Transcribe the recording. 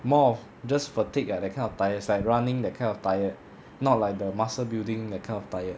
more of just fatigue ah that kind of tired it's like running that kind of tired not like the muscle building that kind of tired